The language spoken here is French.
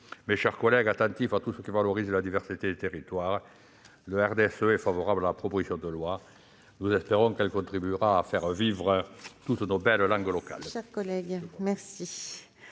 Mes chers collègues, attentif à tout ce qui valorise la diversité des territoires, le groupe du RDSE est favorable à la proposition de loi. Nous espérons qu'elle contribuera à faire vivre toutes nos belles langues locales.